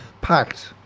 packed